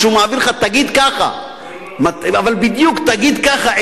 כשהוא מעביר לך, תגיד ככה, אבל בדיוק תגיד ככה.